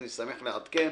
אני שמח לעדכן